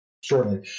shortly